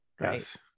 Yes